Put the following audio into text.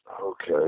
okay